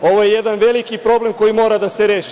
Ovo je jedan veliki problem koji mora da se reši.